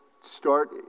start